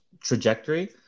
trajectory